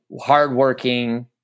hardworking